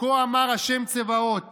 "כה אמר ה' צבאות